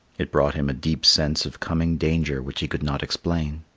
it brought him a deep sense of coming danger which he could not explain.